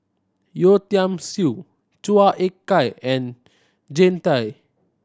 Yeo Tiam Siew Chua Ek Kay and Jean Tay